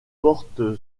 porte